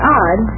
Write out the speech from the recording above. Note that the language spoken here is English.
odd